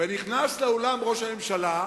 נכנס לאולם ראש הממשלה,